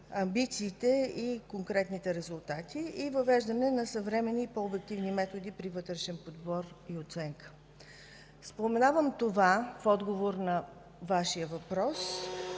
амбициите и конкретните резултати и въвеждане на съвременни и по-обективни методи при вътрешен подбор и оценка. Споменавам това в отговор на Вашия въпрос,